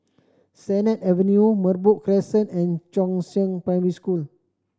Sennett Avenue Merbok Crescent and Chongzheng Primary School